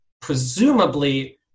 presumably